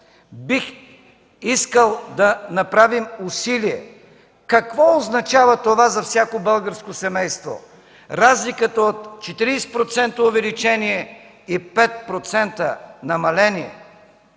Бих искал да направим усилие да видим какво означава това за всяко българско семейство – разликата от 40% увеличение и 5% намаление.